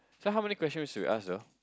so how many questions should we asked though